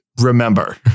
remember